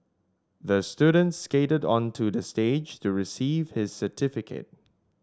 the student skated onto the stage to receive his certificate